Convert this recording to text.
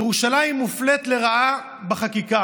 ירושלים מופלית לרעה בחקיקה.